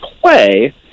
play